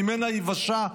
"ממנה יִוָּשֵׁע".